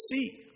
see